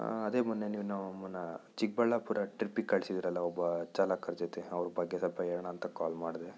ಅದೇ ಮೊನ್ನೆ ನೀವು ನಮ್ಮನ್ನು ಚಿಕ್ಕಬಳ್ಳಾಪುರ ಟ್ರಿಪ್ಪಿಗೆ ಕಳಿಸಿದ್ರಲ್ಲ ಒಬ್ಬ ಚಾಲಕರ ಜೊತೆ ಅವ್ರ ಬಗ್ಗೆ ಸ್ವಲ್ಪ ಹೇಳೋಣ ಅಂತ ಕಾಲ್ ಮಾಡಿದೆ